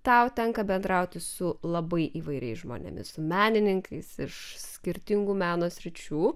tau tenka bendrauti su labai įvairiais žmonėmis su menininkais iš skirtingų meno sričių